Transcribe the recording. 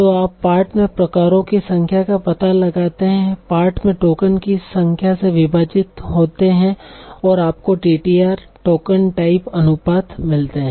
तो आप पाठ में प्रकारों की संख्या का पता लगाते हैं पाठ में टोकन की संख्या से विभाजित होते है और आपको TTR टाइप टोकन अनुपात मिलते है